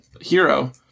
hero